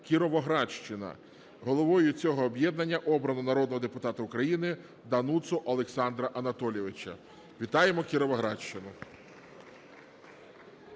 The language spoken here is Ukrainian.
"Кіровоградщина". Головою цього об'єднання обрано народного депутата України Дануцу Олександра Анатолійовича. Вітаємо Кіровоградщину.